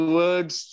words